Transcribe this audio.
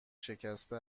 شکسته